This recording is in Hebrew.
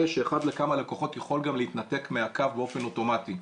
שאחד לכמה לקוחות יכול גם להתנתק מהקו באופן אוטומטי.